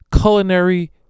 culinary